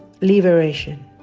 liberation